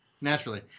Naturally